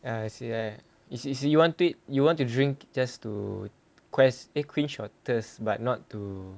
I see ah is is you want it you want to drink just to quest eh quench your thirst but not to